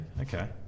okay